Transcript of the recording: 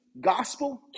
gospel